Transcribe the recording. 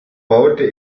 baute